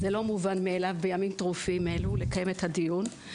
זה לא מובן מאליו בימים טרופים אלו לקיים את הדיון.